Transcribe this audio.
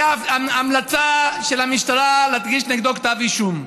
הייתה המלצה של המשטרה להגיש נגדו כתב אישום.